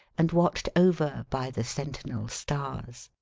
and watched over by the sentinel stars.